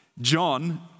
John